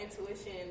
intuition